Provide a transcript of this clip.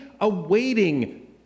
awaiting